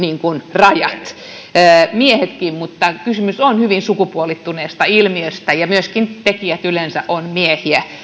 rajat miestenkin mutta kysymys on hyvin sukupuolittuneesta ilmiöstä ja tekijät yleensä ovat miehiä